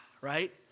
right